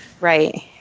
right